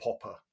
popper